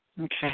Okay